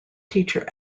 teacher